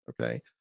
Okay